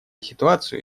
ситуацию